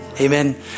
Amen